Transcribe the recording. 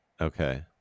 Okay